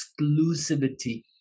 exclusivity